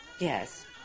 Yes